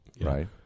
right